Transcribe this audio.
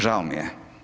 Žao mi je.